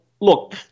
Look